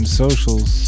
socials